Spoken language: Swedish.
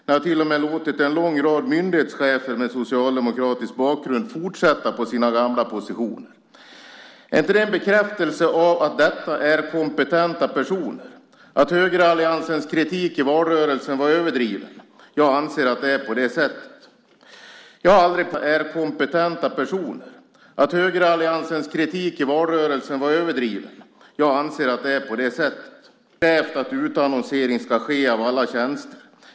Ni har till och med låtit en lång rad myndighetschefer med socialdemokratisk bakgrund fortsätta på sina gamla positioner. Är inte det en bekräftelse på att detta är kompetenta personer, på att högeralliansens kritik i valrörelsen var överdriven? Jag anser att det är på det sättet. Jag har aldrig påstått att det är fel att utnämna politiker. Jag har aldrig krävt att utannonsering ska ske av alla tjänster.